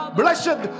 blessed